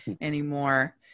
anymore